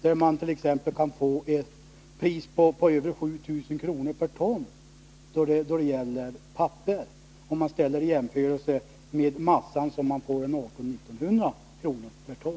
Man kan vid dessa få ett pris på över 7000 kr. per ton papper. Det skall jämföras med massan, som ger ca 1800-1 900 kr.